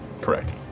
Correct